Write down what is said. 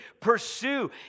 pursue